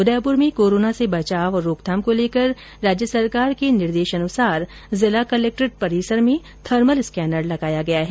उदयपुर में कोरोना से बचाव और रोकथाम को लेकर राज्य सरकार के निर्देशोंनुसार जिला कलेक्ट्रेट परिसर में थर्मल स्कैनर लगाया गया है